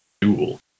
duel